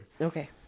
Okay